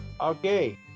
Okay